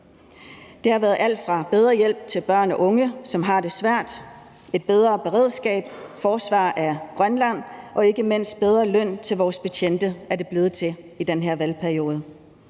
Det har været alt fra bedre hjælp til børn og unge, som har det svært, til et bedre beredskab og forsvar af Grønland og ikke mindst bedre løn til vores betjente, som det er blevet til i den her valgperiode.